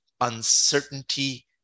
uncertainty